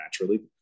naturally